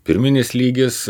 pirminis lygis